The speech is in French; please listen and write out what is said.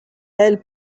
elle